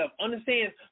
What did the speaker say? Understand